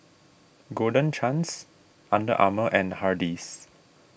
Golden Chance Under Armour and Hardy's